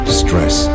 stress